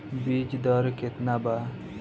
बीज दर केतना वा?